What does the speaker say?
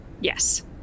Yes